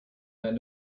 that